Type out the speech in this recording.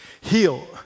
Heal